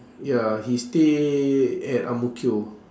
ya he stay at ang mo kio